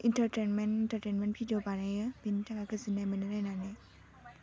entertainment entertainment video बानायो बिनि थाखाय गोजोननाय मोनो नायनानै